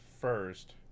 first